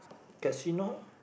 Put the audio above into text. casino